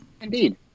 Indeed